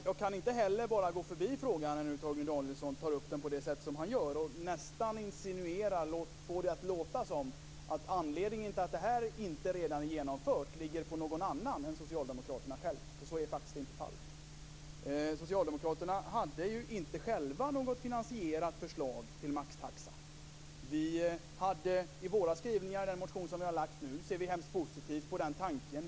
Jag kan heller inte bara gå förbi frågan när Torgny Danielsson tar upp den på det sätt han gör och nästan insinuerar, eller i varje fall får det att låta som, att ansvaret för att det här inte redan är genomfört ligger på någon annan än socialdemokraterna själva, för så är faktiskt inte fallet. Socialdemokraterna hade inte själva något finansierat förslag till maxtaxa. I skrivningarna i den motion som Vänsterpartiet har väckt ser vi mycket positivt på den tanken.